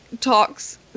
talks